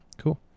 Cool